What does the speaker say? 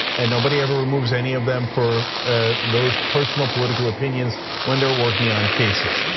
and nobody ever removes any of them for ah those personal political opinion when they're working on cases.